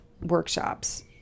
workshops